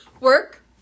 Work